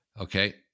okay